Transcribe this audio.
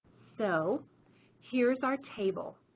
so here's our table,